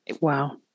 Wow